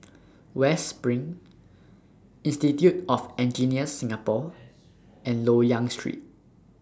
West SPRING Institute of Engineers Singapore and Loyang Street